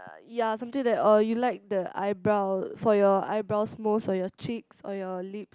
uh ya something with that or you like the eyebrow for your eyebrows most or your cheeks or your lip